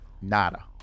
nada